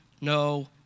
no